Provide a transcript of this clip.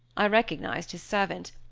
i recognized his servant,